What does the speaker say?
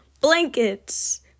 Blankets